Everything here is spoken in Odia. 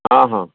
ହଁ ହଁ